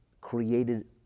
created